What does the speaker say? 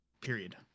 period